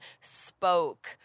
spoke